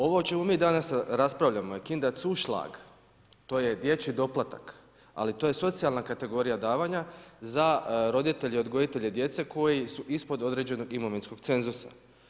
Ovo o čemu mi danas raspravljamo je Kinderzuschlag to je dječji doplatak, ali to je socijalna kategorija davanja za roditelje odgojitelje djece koji su ispod određenog imovinskog cenzusa.